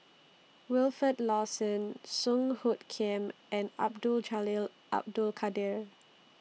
Wilfed Lawson Song Hoot Kiam and Abdul Jalil Abdul Kadir